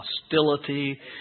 hostility